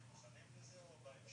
כן, כן, נקבל לא עכשיו,